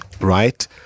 right